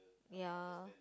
ya